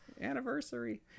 Anniversary